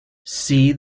see